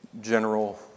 general